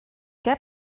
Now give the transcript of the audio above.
què